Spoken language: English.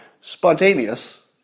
spontaneous